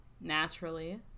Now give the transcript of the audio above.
Naturally